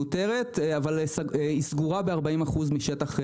מותרת, אבל היא סגורה ב-40% משטח הים.